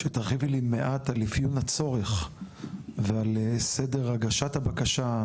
שתרחיבי לי מעט על הצורך ועל סדר הגשת הבקשה.